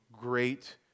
Great